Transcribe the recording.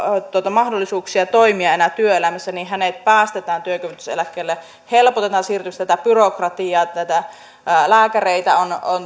mahdollisuuksia toimia enää työelämässä niin hänet päästetään työkyvyttömyyseläkkeelle helpotetaan siirtymistä ja tätä byrokratiaa ja lääkäreitä